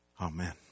Amen